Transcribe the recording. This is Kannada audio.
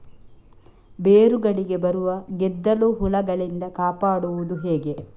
ಬೇರುಗಳಿಗೆ ಬರುವ ಗೆದ್ದಲು ಹುಳಗಳಿಂದ ಕಾಪಾಡುವುದು ಹೇಗೆ?